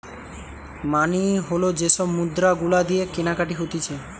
মানি হল যে সব মুদ্রা গুলা দিয়ে কেনাকাটি হতিছে